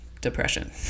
depression